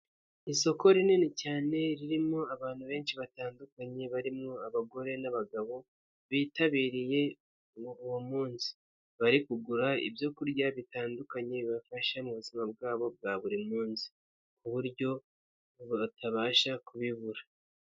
Isoko rinini cyane ririmo abantu benshi batandukanye barimo abagore n'abagabo bitabiriye uwo munsi, bari kugura ibyo kurya bitandukanye bibafasha mu buzima bwabo bwa buri munsi ku buryo batabasha kubibura.